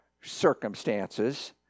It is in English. circumstances